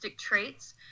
traits